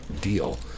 deal